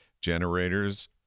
Generators